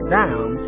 down